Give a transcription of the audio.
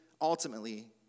ultimately